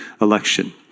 election